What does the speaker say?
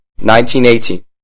1918